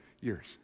years